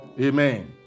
amen